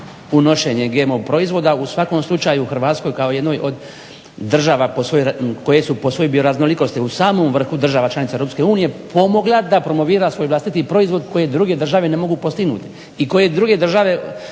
unošenje GMO proizvoda u svakom slučaju Hrvatskoj kao jednoj od država koje su po svojoj bio raznolikosti u samom vrhu država članica EU pomogla da promovira svoj vlastiti proizvod koje druge države ne mogu postignuti i koje druge država